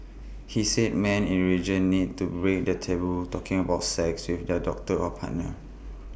he said men in region need to break the taboo talking about sex with their doctor or partner